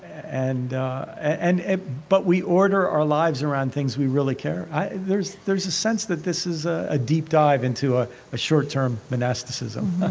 and and ah but we order our lives around things we really care about. there's there's a sense that this is ah a deep dive into ah a short term monasticism